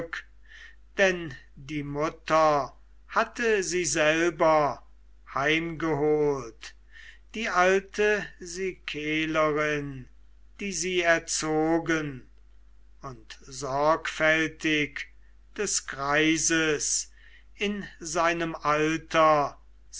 denn die mutter hatte sie selber heimgeholt die alte sikelerin die sie erzogen und sorgfältig des greises in seinem alter